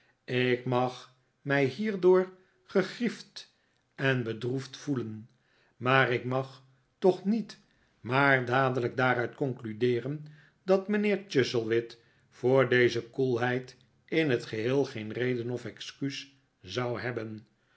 ik mag mij hierdoor gemaarten chuzzlewit grief d en bedroefd voelen maar ik mag toch met maar dadelijk daaruit concludeeren dat mijnheer chuzzlewit voor deze koelheid in t geheel geen reden of excuus zou hebben